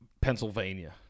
Pennsylvania